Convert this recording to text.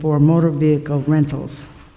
for motor vehicle rentals